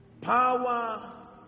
power